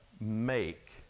make